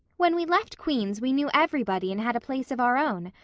when we left queen's we knew everybody and had a place of our own.